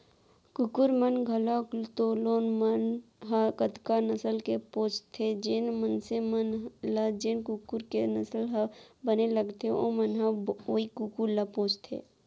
कुकुर मन ल घलौक तो लोगन मन ह कतका नसल के पोसथें, जेन मनसे मन ल जेन कुकुर के नसल ह बने लगथे ओमन ह वोई कुकुर ल पोसथें